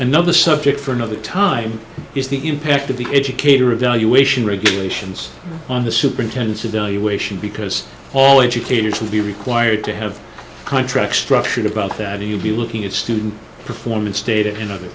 another subject for another time is the impact of the educator evaluation regulations on the superintendent's evaluation because all educators will be required to have contracts structured about that in your view looking at student performance data and other